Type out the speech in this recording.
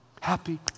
Happy